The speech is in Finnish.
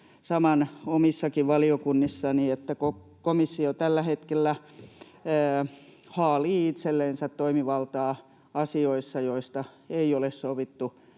saman omissakin valiokunnissani, että komissio tällä hetkellä haalii itsellensä toimivaltaa asioissa, joista ei ole sovittu